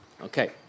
Okay